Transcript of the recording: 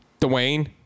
Dwayne